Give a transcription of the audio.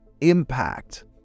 impact